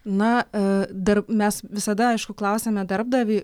na e dar mes visada aišku klausiame darbdavį